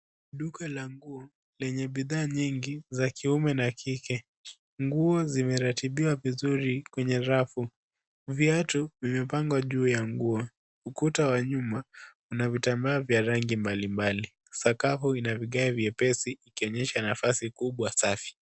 Duka la nguo lenye bidhaa nyingi za kiume na kike. Nguo zimeratibiwa vizuri kwenye rafu. Viatu vimepangwa juu ya nguo. Ukuta wa nyuma una vitambaa vya rangi mbalimbali. Sakafu ina vigae vyepesi ikionyesha nafasi kubwa safi.